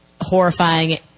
horrifying